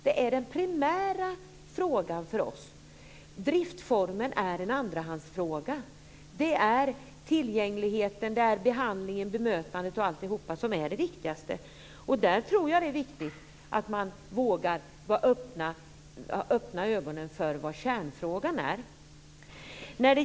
Det är den primära frågan för oss. Driftformen är en andrahandsfråga. Det är tillgängligheten, behandlingen, bemötandet och alltihop som är det viktigaste. Det är viktigt att man vågar öppna ögonen för vad kärnfrågan är.